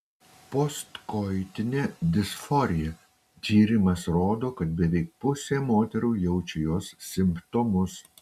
postkoitinė disforija tyrimas rodo kad beveik pusė moterų jaučia jos simptomus